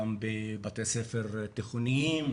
גם בבתי ספר תיכוניים,